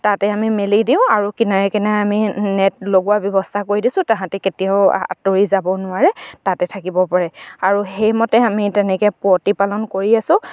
তাতে আমি মেলি দিওঁ আৰু কিনাৰে কিনাৰে আমি নেট লগোৱাৰ ব্যৱস্থা কৰি দিছোঁ তাহাঁতে কেতিয়াও আঁতৰি যাব নোৱাৰে তাতে থাকিব পাৰে আৰু সেইমতে আমি তেনেকে প্ৰতিপালন কৰি আছোঁ